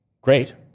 great